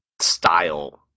style